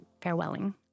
farewelling